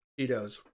Cheetos